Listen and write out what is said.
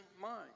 mind